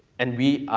and we,